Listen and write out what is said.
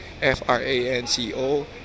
f-r-a-n-c-o